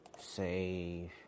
save